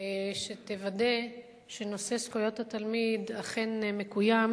שתוודא שנושא זכויות התלמיד אכן מקוים,